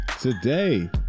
today